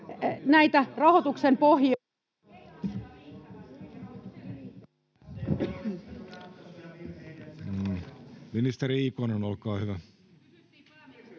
näitä rahoituksen pohjia